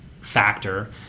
factor